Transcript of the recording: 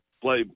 play